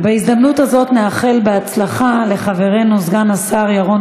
ובהזדמנות הזאת נאחל הצלחה לחברנו סגן השר ירון